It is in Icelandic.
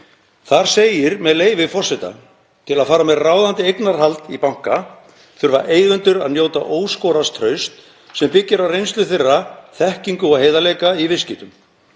Þar segir, með leyfi forseta: „Til að fara með ráðandi eignarhald í banka þurfa eigendur að njóta óskoraðs trausts sem byggist á reynslu þeirra, þekkingu og heiðarleika í viðskiptum.